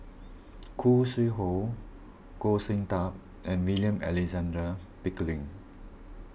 Khoo Sui Hoe Goh Sin Tub and William Alexander Pickering